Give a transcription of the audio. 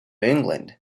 england